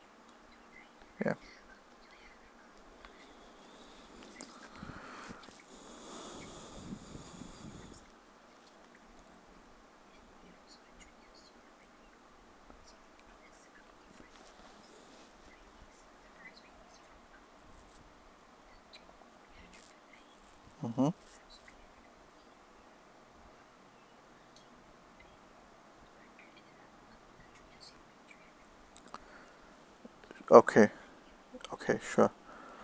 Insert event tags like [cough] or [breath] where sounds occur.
yeah [breath] mmhmm okay okay sure